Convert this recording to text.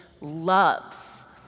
loves